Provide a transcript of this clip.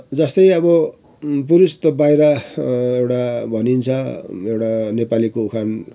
जस्तै अब पुरुष त बाहिर एउटा भनिन्छ एउटा नेपालीको उखान